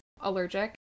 allergic